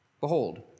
Behold